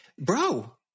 Bro